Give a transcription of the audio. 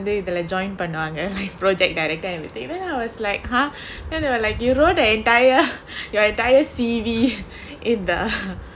இதுல:ithula join பண்ணுவாங்க:pannuvanga project director everying then I was like !huh! then they were like you roll the entire your entire C_V in the